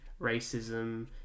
racism